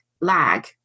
lag